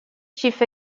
chief